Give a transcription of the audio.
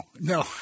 no